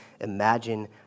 imagine